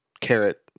carrot